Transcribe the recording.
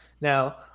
Now